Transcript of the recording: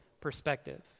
perspective